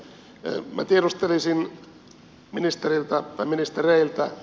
minä tiedustelisin ministeriltä tai ministereiltä